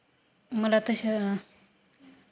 मला तशा